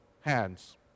hands